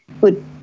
good